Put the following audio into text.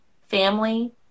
family